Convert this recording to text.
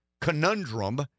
conundrum